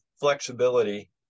flexibility